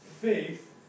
faith